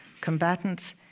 combatants